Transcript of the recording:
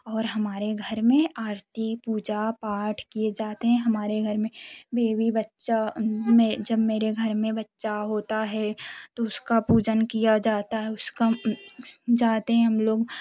और हमारे घर में आरती पूजा पाठ किए जाते हैं हमारे घर में बेबी बच्चा मैं जब मेरे घर में बच्चा होता है तो उसका पूजन किया जाता है उसका जाते हैं हम लोग